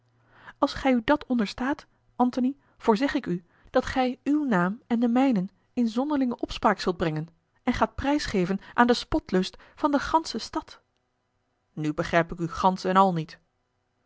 als gij u dat onderstaat antony voorzeg ik u dat gij uw naam en den mijnen in zonderlinge opspraak zult brengen en gaat prijsgeven aan den spotlust van de gansche stad nu begrijp ik u gansch en al niet